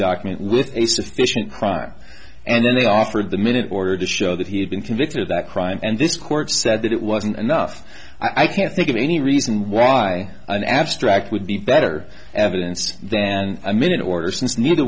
document with a sufficient crime and then they offered the minute order to show that he had been convicted of that crime and this court said that it wasn't enough i can't think of any reason why an abstract would be better evidence than a minute order since neither